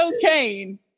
cocaine